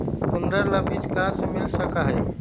चुकंदर ला बीज कहाँ से मिल सका हई?